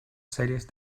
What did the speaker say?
series